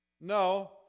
No